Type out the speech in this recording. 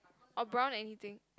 or brown anything